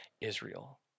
Israel